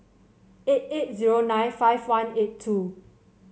eight eight zero nine five one eight two